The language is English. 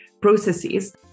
processes